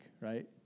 right